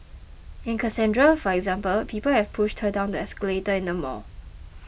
and Cassandra for example people have pushed her down the escalator in the mall